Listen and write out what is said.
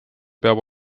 peab